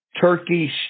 Turkish